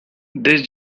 this